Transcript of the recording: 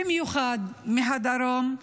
-- במיוחד מהדרום,